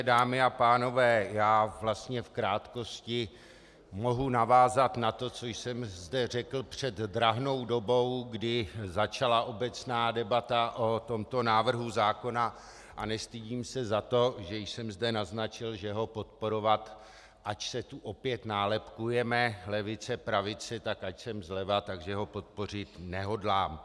Dámy a pánové, v krátkosti mohu navázat na to, co jsem zde řekl před drahnou dobou, kdy začala obecná debata o tomto návrhu zákona, a nestydím se za to, že jsem zde naznačil, že ho podporovat, ač se opět nálepkujeme, levice, pravice, tak ač jsem zleva, tak že ho podpořit nehodlám.